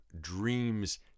Dreams